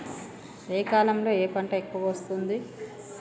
ఏ కాలంలో ఏ పంట ఎక్కువ వస్తోంది?